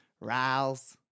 Riles